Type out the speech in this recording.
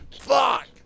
Fuck